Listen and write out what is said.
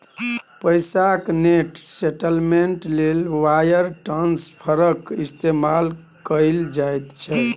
पैसाक net settlement लेल wire ट्रांस्फरक इस्तेमाल कएल जाइत छै